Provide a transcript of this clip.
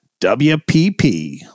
WPP